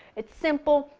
it's simple.